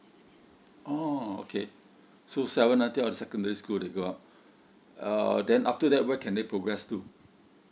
oh okay so seven until secondary school their go up uh then after that what can they progress to